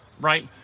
right